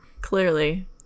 Clearly